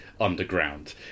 underground